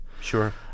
Sure